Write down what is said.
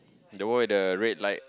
the one with the red light